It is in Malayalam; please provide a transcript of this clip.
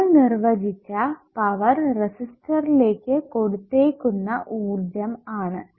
നമ്മൾ നിർവചിച്ച പവർ റെസിസ്റ്ററിലേക്ക് കൊടുത്തേക്കുന്ന ഊർജ്ജം ആണ്